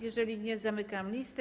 Jeżeli nie, zamykam listę.